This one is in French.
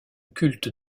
culte